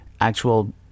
actual